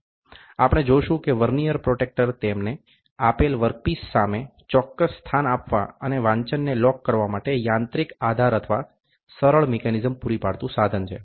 આપણે જોઇશુ કે વર્નિઅર પ્રોટ્રેક્ટર તેમને આપેલ વર્ક પીસ સામે ચોક્કસ સ્થાન આપવા અને વાંચનને લોક કરવા માટે યાંત્રિક આધાર અથવા સરળ મિકેનિઝમ પૂરી પાડતુ સાધન છે